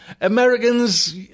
Americans